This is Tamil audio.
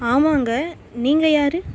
ஆமாம்ங்க நீங்கள் யார்